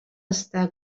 està